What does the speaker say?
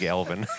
Elvin